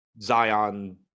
Zion